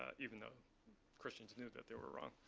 even though christians knew that they were wrong.